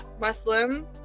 Muslim